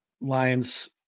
lions